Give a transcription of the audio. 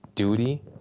Duty